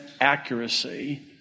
accuracy